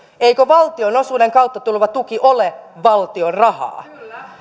eikö valtionosuuden kautta tuleva tuki ole valtion rahaa